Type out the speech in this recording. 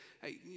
Hey